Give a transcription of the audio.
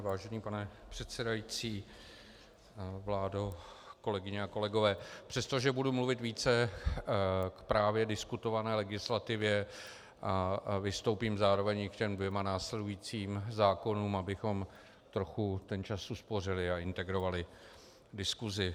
Vážený pane předsedající, vládo, kolegyně a kolegové, přestože budu mluvit více k právě diskutované legislativě, vystoupím zároveň i k těm dvěma následujícím zákonům, abychom trochu ten čas uspořili a integrovali diskusi.